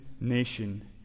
nation